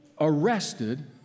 arrested